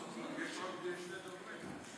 יש ענבים.